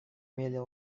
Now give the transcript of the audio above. менее